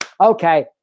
okay